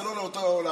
זה לא לאותו עולם.